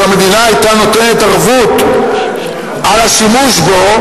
המדינה היתה נותנת ערבות על השימוש בו,